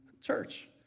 church